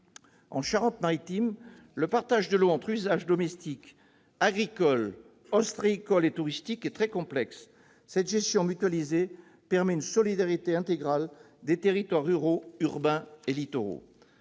En Charente-Maritime, le partage de l'eau entre usages domestiques, agricoles, ostréicoles et touristiques est très complexe. Cette gestion mutualisée permet une solidarité intégrale des territoires ruraux, urbains et littoraux.